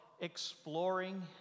exploring